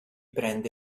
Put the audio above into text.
prende